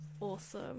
Awesome